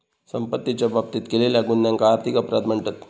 संपत्तीच्या बाबतीत केलेल्या गुन्ह्यांका आर्थिक अपराध म्हणतत